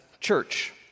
church